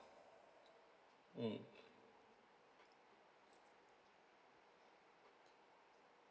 mm